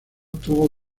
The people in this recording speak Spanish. tuvo